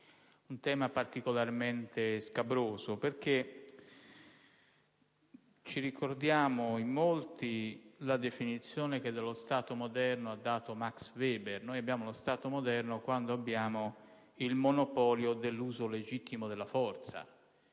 ronde, particolarmente scabroso perché ci ricordiamo in molti la definizione che dello Stato moderno ha dato Max Weber: abbiamo lo Stato moderno quando abbiamo il monopolio dell'uso legittimo della forza.